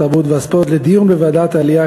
התרבות והספורט לדיון בוועדת העלייה,